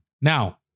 Now